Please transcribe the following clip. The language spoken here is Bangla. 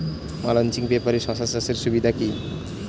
মালচিং পেপারে শসা চাষের সুবিধা কি?